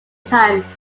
time